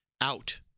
out